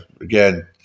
Again